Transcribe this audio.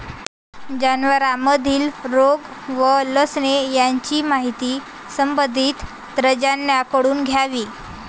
जनावरांमधील रोग व लक्षणे यांची माहिती संबंधित तज्ज्ञांकडून घ्यावी